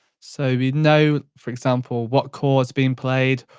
so we know, for example, what chord's being played,